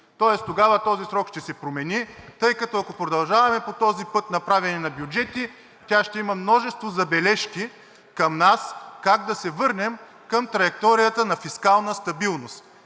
Тоест тогава този срок ще се промени, тъй като, ако продължаваме по този път на правене на бюджети, тя ще има множество забележки към нас – как да се върнем към траекторията на фискална стабилност.